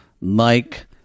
Mike